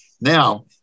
Now